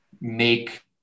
make